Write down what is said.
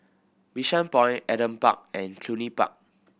Bishan Point Adam Park and Cluny Park